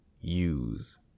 use